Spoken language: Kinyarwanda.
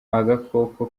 agakoko